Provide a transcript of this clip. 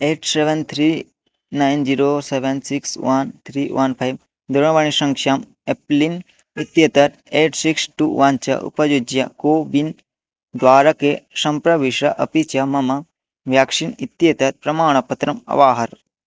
at seven three nine zero seven six one three one five दुरवाणीसंख्याम् एप्लिन् इत्येतत् eight six two one च उपयुज्य कोविन् द्वारके सम्प्रविश अपि च मम व्याक्षिन् इत्येतत् प्रमाणपत्रम् अवाहर